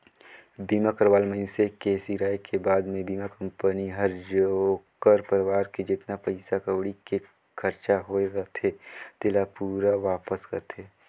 बीमा करवाल मइनसे के सिराय के बाद मे बीमा कंपनी हर ओखर परवार के जेतना पइसा कउड़ी के खरचा होये रथे तेला पूरा वापस करथे